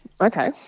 Okay